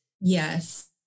Yes